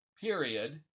period